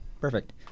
perfect